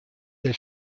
der